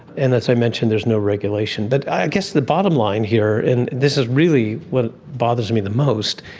and as i mentioned, there is no regulation. but i guess the bottom line here, and this is really what bothers me the most,